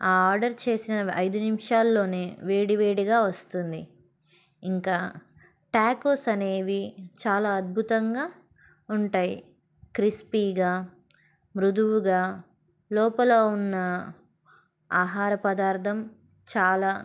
ఆ ఆర్డర్ చేసిన ఐదు నిమిషాల్లోనే వేడివేడిగా వస్తుంది ఇంకా టాకోస్ అనేవి చాలా అద్భుతంగా ఉంటాయి క్రిస్పీగా మృదువుగా లోపల ఉన్న ఆహార పదార్థం చాలా